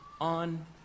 on